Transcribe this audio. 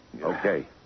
Okay